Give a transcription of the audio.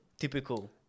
Typical